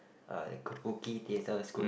uh kabuki theatres could